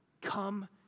come